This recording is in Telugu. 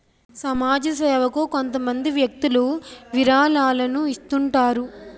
సమాజ సేవకు కొంతమంది వ్యక్తులు విరాళాలను ఇస్తుంటారు